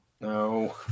No